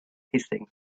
hissing